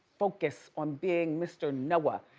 focus on being mr. noah.